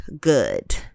good